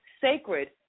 sacred